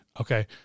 Okay